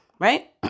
Right